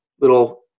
little